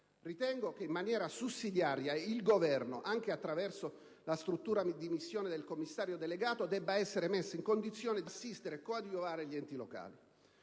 Ritengo che, in maniera sussidiaria, il Governo, anche attraverso la struttura di missione del commissario delegato, debba essere messo in condizione di assistere e coadiuvare gli enti locali.